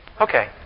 Okay